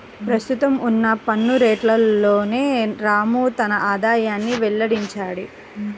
ప్రస్తుతం ఉన్న పన్ను రేట్లలోనే రాము తన ఆదాయాన్ని వెల్లడించాడు